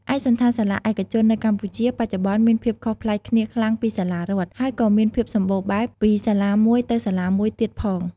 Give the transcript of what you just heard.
ឯកសណ្ឋានសាលាឯកជន នៅកម្ពុជាបច្ចុប្បន្នមានភាពខុសប្លែកគ្នាខ្លាំងពីសាលារដ្ឋ ហើយក៏មានភាពសម្បូរបែបពីសាលាមួយទៅសាលាមួយទៀតផង។